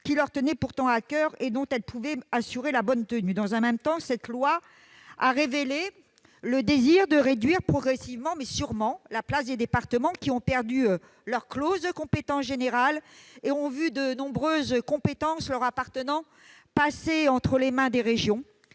qui leur tenaient pourtant à coeur et dont elles pouvaient assurer le bon exercice. Dans le même temps, cette loi a révélé un désir de réduire, progressivement mais sûrement, la place des départements, qui ont perdu leur clause de compétence générale et vu nombre de leurs compétences passer aux mains des régions.